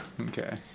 Okay